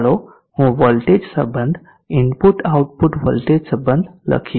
ચાલો વોલ્ટેજ સંબધ input output voltage સંબધ લખીએ